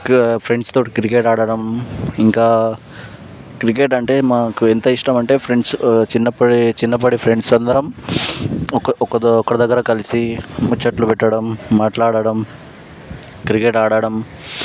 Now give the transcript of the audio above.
కా ఫ్రెండ్స్ తోటి క్రికెట్ ఆడడం ఇంకా క్రికెట్ అంటే మాకు ఎంత ఇష్టం అంటే ఫ్రెండ్స్ చిన్నప్ప చిన్నప్పటి ఫ్రెండ్స్ అందరం ఒక ఒక ఒకరి దగ్గర కలిసి ముచ్చట్లు పెట్టడం మాట్లాడడం క్రికెట్ ఆడడం